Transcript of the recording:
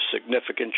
significant